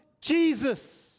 Jesus